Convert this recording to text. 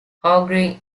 haughey